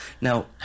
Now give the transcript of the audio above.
Now